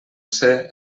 ser